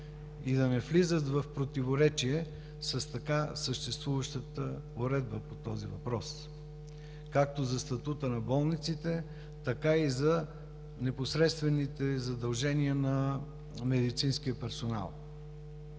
и да не влизат в противоречие с така съществуващата уредба по този въпрос както за статута на болниците, така и за непосредствените задължения на медицинския персонал,